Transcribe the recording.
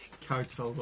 character